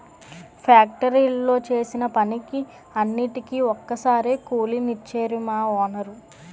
ఫ్యాక్టరీలో చేసిన పనికి అన్నిటికీ ఒక్కసారే కూలి నిచ్చేరు మా వోనరు